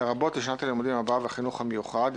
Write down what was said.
לרבות לשנת הלימודים הבאה והחינוך המיוחד",